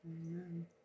amen